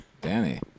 Danny